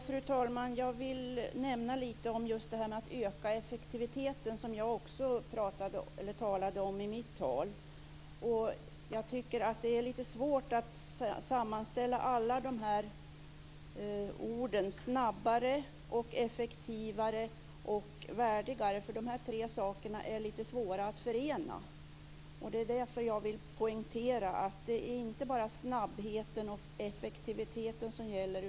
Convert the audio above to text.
Fru talman! Jag vill nämna lite om att öka effektiviteten, som jag i mitt anförande talade om. Jag tycker att det är lite svårt att föra samman orden snabbare, effektivare och värdigare. Dessa tre saker är lite svåra att förena. Jag vill därför poängtera att det inte bara är snabbheten och effektiviteten som gäller.